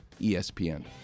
ESPN